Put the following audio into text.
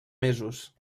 mesos